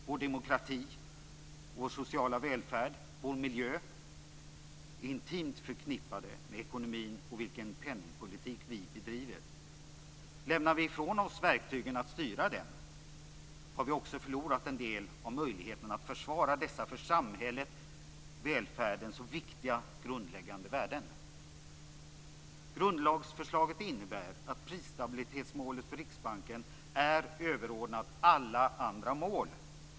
Vår demokrati, vår sociala välfärd och vår miljö är intimt förknippade med ekonomin och med vilken penningpolitik vi bedriver. Lämnar vi ifrån oss verktygen för att styra denna har vi också förlorat en del av möjligheten att försvara dessa för samhället och välfärden så viktiga grundläggande värden. Grundlagsförslaget innebär att prisstabilitetsmålet för Riksbanken är överordnat alla andra mål.